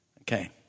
Okay